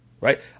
right